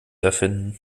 erfinden